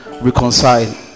reconcile